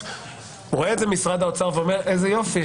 רואה את זה משרד האוצר ואומר: איזה יופי,